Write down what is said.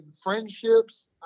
friendships